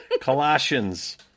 Colossians